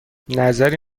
نظری